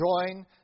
join